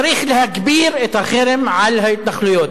צריך להגביר את החרם על ההתנחלויות.